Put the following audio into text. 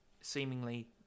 seemingly